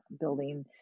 building